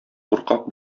куркак